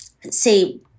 say